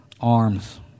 arms